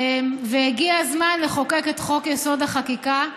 והגיע הזמן לחוקק את חוק-יסוד: החקיקה,